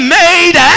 made